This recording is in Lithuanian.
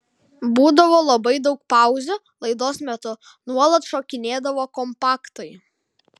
būdavo labai daug pauzių laidos metu nuolat šokinėdavo kompaktai